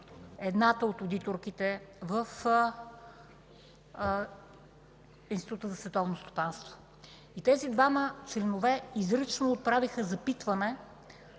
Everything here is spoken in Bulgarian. едната от одиторките в Института за световно стопанство. И тези двама членове изрично отправиха запитване